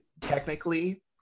technically